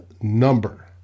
number